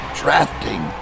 drafting